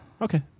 okay